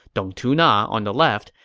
dong tuna on the left,